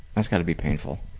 that's gotta be painful.